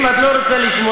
אם את לא רוצה לשמוע,